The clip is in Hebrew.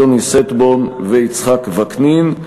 יוני שטבון ויצחק וקנין.